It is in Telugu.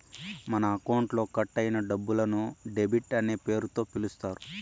మన అకౌంట్లో కట్ అయిన డబ్బులను డెబిట్ అనే పేరుతో పిలుత్తారు